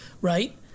right